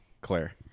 Claire